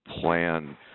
plan